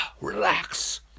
Relax